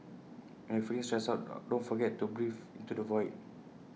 when you are feeling stressed out don't forget to breathe into the void